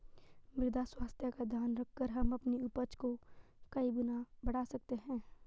मृदा स्वास्थ्य का ध्यान रखकर हम अपनी उपज को कई गुना बढ़ा सकते हैं